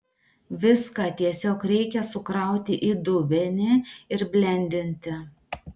viską tiesiog reikia sukrauti į dubenį ir blendinti